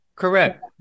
Correct